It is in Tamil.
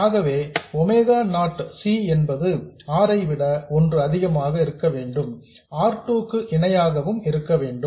ஆகவே ஒமேகா நாட் C என்பது R ஐ விட 1 அதிகமாக இருக்க வேண்டும் R 2 க்கு இணையாக இருக்கவேண்டும்